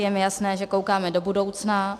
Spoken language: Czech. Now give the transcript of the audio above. Je mi jasné, že koukáme do budoucna.